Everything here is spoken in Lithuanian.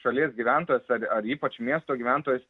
šalies gyventojas ar ar ypač miesto gyventojas